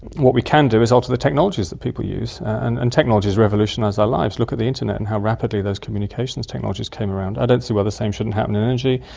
what we can do is alter the technologies that people use, and and technologies revolutionise our lives. look at the internet and how rapidly those communications technologies came around, i don't see why the same shouldn't happen in energy,